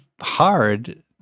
hard